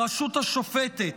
הרשות השופטת,